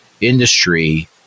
industry